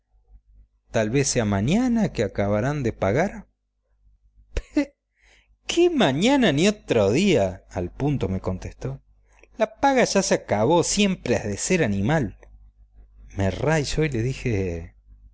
tal vez mañana acabarán de pagar que mañana ni otro día al punto me contestó la paga ya se acabó siempre has de ser animal me raí y le dije